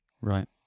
Right